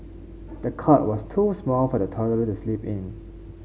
the cot was too small for the toddler to sleep in